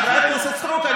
חברת הכנסת סטרוק,